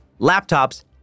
laptops